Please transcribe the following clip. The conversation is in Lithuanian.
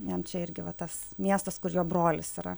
jam čia irgi va tas miestas kur jo brolis yra